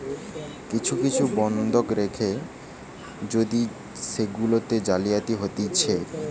কিছু বন্ধক রেখে যদি সেগুলাতে জালিয়াতি হতিছে